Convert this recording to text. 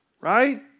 right